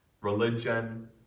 Religion